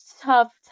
tough